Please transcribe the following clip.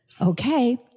Okay